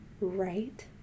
Right